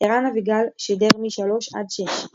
ערן אביגל שידר 1500–1800,